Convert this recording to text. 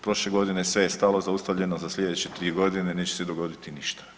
Prošle godine sve je stalo, zaustavljeno za slijedeće 3 godine, neće se dogoditi ništa.